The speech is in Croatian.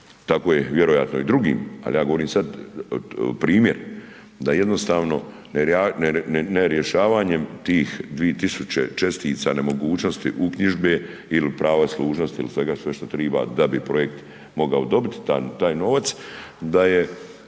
tako je vjerojatno i drugim, al ja govorim sad primjer da jednostavno nerješavanjem tih 2.000 čestica nemogućnosti uknjižbe il prava služnosti, il sve što triba da bi projekt mogao dobit taj novac, da je